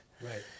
right